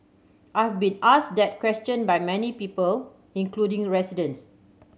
I've been asked that question by many people including residents